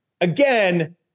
Again